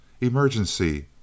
emergency